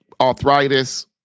Arthritis